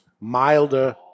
milder